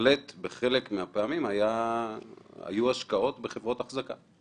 בהחלט בחלק מהפעמים היו השקעות בחברות אחזקה.